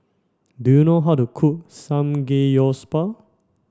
do you know how to cook Samgeyopsal